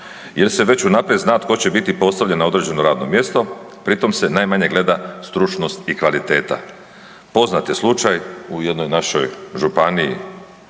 jer se već unaprijed zna tko će biti postavljen na određeno radno mjesto pri tom se najmanje gleda stručnost i kvaliteta. Poznat je slučaj u jednoj našoj županiji